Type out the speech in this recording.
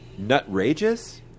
Nutrageous